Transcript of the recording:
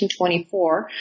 1924